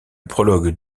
prologue